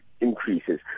Increases